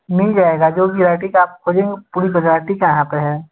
मिल जाएगा जो भी वैराईटी का आप खोजेंगे पूरी वैराईटी का यहाँ पे है